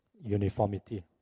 uniformity